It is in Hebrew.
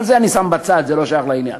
אבל את זה אני שם בצד, זה לא שייך לעניין.